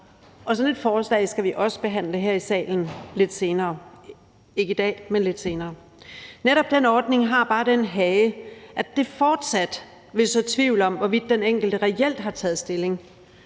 sådan et forslag skal vi også behandle her i salen lidt senere – ikke i dag, men lidt senere. Netop den ordning har bare den hage, at det fortsat vil så tvivl om, hvorvidt den enkelte reelt har taget stilling,